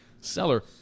seller